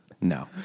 No